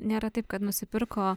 nėra taip kad nusipirko